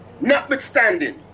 notwithstanding